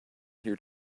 here